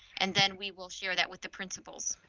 and then we will share that with the principals.